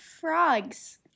frogs